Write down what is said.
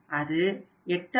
அது 8100